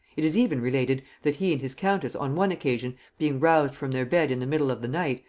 it is even related that he and his countess on one occasion being roused from their bed in the middle of the night,